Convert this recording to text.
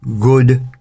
good